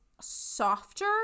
softer